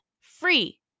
free